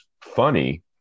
funny